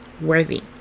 worthy